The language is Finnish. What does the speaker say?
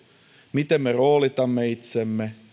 miten me roolitamme itsemme